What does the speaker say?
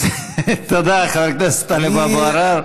תודה, חבר הכנסת טלב אבו עראר.